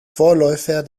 vorläufer